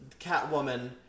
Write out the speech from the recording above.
Catwoman